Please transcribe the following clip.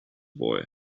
boy